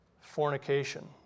fornication